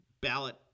ballot